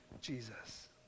Jesus